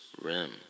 Rim